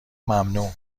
ممنوع